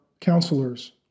counselors